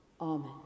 Amen